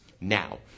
Now